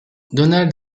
donald